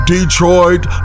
Detroit